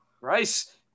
Rice